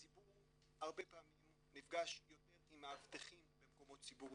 הציבור הרבה פעמים נפגש יותר עם מאבטחים במקומות ציבוריים,